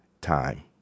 time